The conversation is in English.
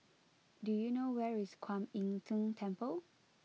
do you know where is Kwan Im Tng Temple